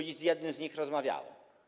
Dziś z jednym z nich rozmawiałem.